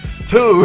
Two